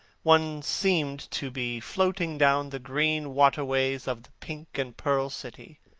one seemed to be floating down the green water-ways of the pink and pearl city,